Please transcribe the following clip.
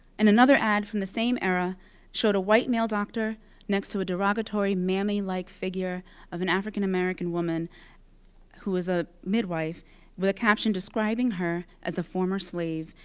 and another ad from the same era showed a white, male doctor next to a derogatory mammy-like figure of an african-american woman who was a midwife with a caption describing her as a former slave,